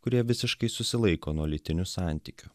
kurie visiškai susilaiko nuo lytinių santykių